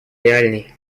реальной